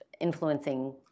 influencing